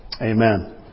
Amen